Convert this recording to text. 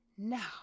now